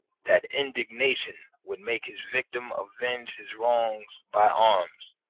that indignation would make his victim avenge his wrongs by arms,